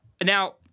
Now